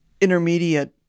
intermediate